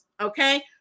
Okay